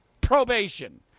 Probation